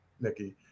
nikki